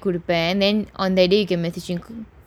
then on the educa~ messaging